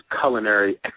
culinary